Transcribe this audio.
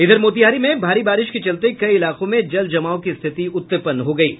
इधर मोतिहारी में भारी बारिश के चलते कई इलाकों में जल जमाव की स्थिति उत्पन्न हो गयी है